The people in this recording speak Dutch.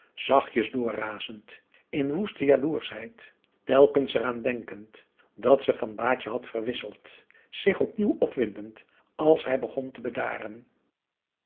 zachtjes door razend in woeste jaloerschheid telkens eraan denkend dat ze van baadje had verwisseld zich opnieuw opwindend als hij begon te bedaren